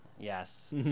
Yes